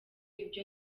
ibyo